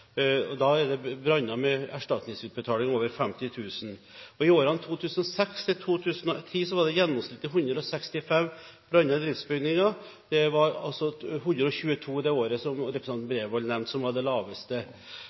og da er det branner med erstatningsutbetaling over 50 000 kr. I årene 2006–2010 var det gjennomsnittlig 165 branner i driftsbygninger, det var altså 122 i det året som representanten Bredvold nevnte, som var det laveste.